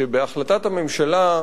שבהחלטת הממשלה,